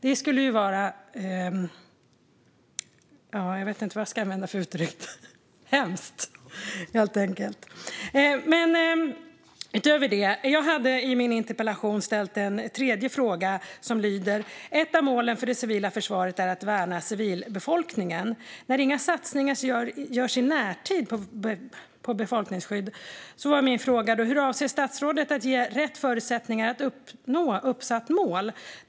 Det vore hemskt. I min interpellation ställde jag en tredje fråga: "Ett av målen för det civila försvaret är att värna civilbefolkningen. När inga satsningar görs i närtid på befolkningsskydd, hur avser statsrådet att ge rätt förutsättningar att uppnå uppsatt mål?"